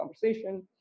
conversation